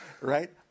Right